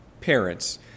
parents